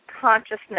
consciousness